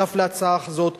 שותף להצעת החוק הזאת,